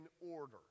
order